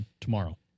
Tomorrow